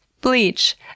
Bleach